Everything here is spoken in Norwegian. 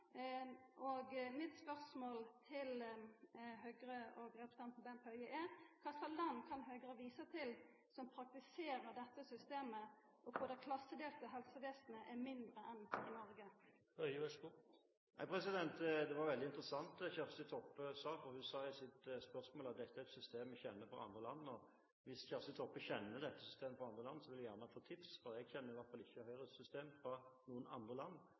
land. Mitt spørsmål til Høgre og representanten Bent Høie er: Kva for land kan Høgre visa til som praktiserer dette systemet, og der det er eit mindre klassedelt helsevesen enn i Noreg? Det Kjersti Toppe sa, var veldig interessant. Hun nevnte i spørsmålet sitt at dette er et system vi kjenner fra andre land. Hvis Kjersti Toppe kjenner dette systemet fra andre land, vil jeg gjerne få et tips, for jeg kjenner i hvert fall ikke Høyres system fra noe annet land.